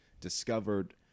discovered